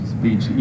Speech